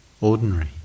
ordinary